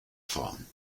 fahren